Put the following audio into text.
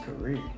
career